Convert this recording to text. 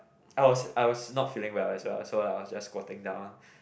I was I was not feeling well as well so like I was squatting down